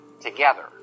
together